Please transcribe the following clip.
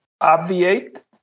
obviate